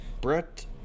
Brett